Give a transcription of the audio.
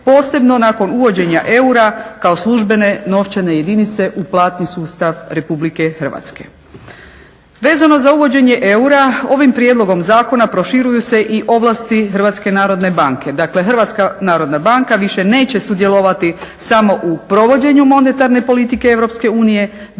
posebno nakon uvođenja eura kao službene novčane jedinice u platni sustav RH. Vezano za uvođenje eura, ovim prijedlogom zakona proširuju se i ovlasti Hrvatske narodne banke. Dakle, Hrvatska narodna banka više neće sudjelovati samo u provođenju monetarne politike EU